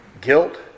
Guilt